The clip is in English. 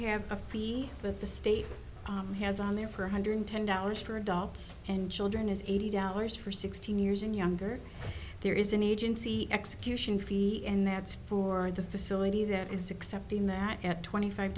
have a fee but the state has on their for one hundred ten dollars for adults and children is eighty dollars for sixteen years and younger there is an agency execution fee and that's for the facility that is accepting that at twenty five